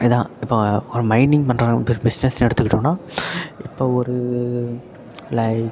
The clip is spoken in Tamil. இதுதான் இப்போ ஒரு மைனிங் பண்ணுறாங்க பிஸ் பிஸ்னஸ்னு எடுத்துக்கிட்டோனால் இப்போ ஒரு லைக்